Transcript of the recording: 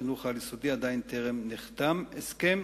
בחינוך העל-יסודי טרם נחתם הסכם.